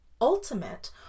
Ultimate